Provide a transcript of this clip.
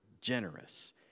generous